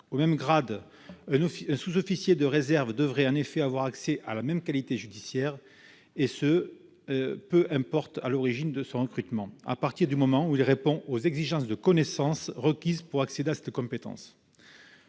Au même grade, un sous-officier de réserve devrait en effet avoir accès à la même qualité judiciaire, et ce peu importe l'origine de son recrutement, à partir du moment où il répond aux exigences de connaissances requises pour accéder à la compétence